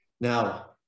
Now